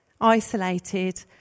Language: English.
isolated